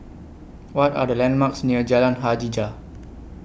What Are The landmarks near Jalan Hajijah